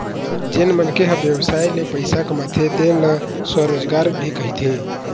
जेन मनखे ह बेवसाय ले पइसा कमाथे तेन ल स्वरोजगार भी कहिथें